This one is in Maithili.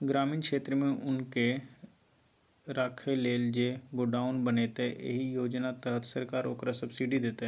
ग्रामीण क्षेत्रमे अन्नकेँ राखय लेल जे गोडाउन बनेतै एहि योजना तहत सरकार ओकरा सब्सिडी दैतै